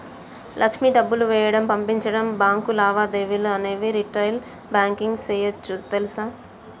లక్ష్మి డబ్బులు వేయడం, పంపించడం, బాంకు లావాదేవీలు అనేవి రిటైల్ బాంకింగ్ సేయోచ్చు తెలుసా